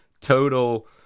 total